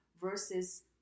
versus